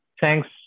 thanks